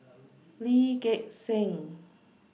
Lee Gek Seng